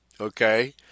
okay